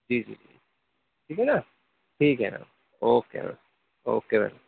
جی جی جی ٹھیک ہے نہ ٹھیک ہے اوکے ہاں اوکے باٮٔے